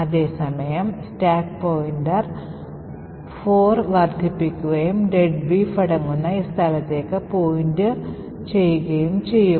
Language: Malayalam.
അതേ സമയം സ്റ്റാക്ക് പോയിന്റർ 4 വർദ്ധിപ്പിക്കുകയും "deadbeef""അടങ്ങുന്ന ഈ സ്ഥലത്തേക്ക് പോയിന്റുചെയ്യുകയും ചെയ്യും